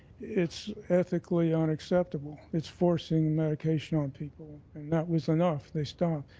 it's ethically unacceptable. it's forcing medication on people. and that was enough. they stopped.